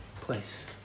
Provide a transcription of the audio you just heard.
place